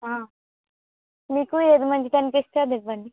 మీకు ఏది మంచిదనిపిస్తే అదివ్వండి